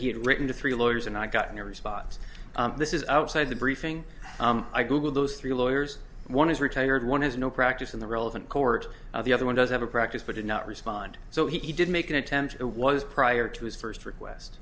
he had written to three lawyers and i got no response this is outside the briefing i googled those three lawyers one is retired one has no practice in the relevant court the other one does have a practice but did not respond so he did make an attempt it was prior to his first request